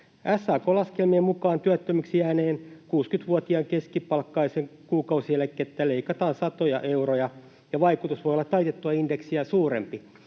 SAK:n laskelmien mukaan työttömäksi jääneen 60-vuotiaan keskipalkkaisen kuukausieläkettä leikataan satoja euroja, ja vaikutus voi olla taitettua indeksiä suurempi.